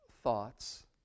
thoughts